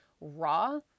raw